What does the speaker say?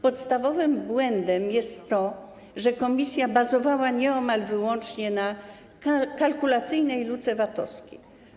Podstawowym błędem jest to, że komisja bazowała nieomal wyłącznie na kalkulacyjnej luce VAT-owskiej.